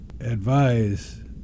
advise